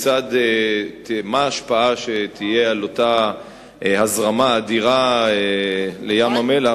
ההשפעה שתהיה לאותה הזרמה אדירה לים-המלח,